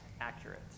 accurate